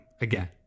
again